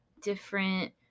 different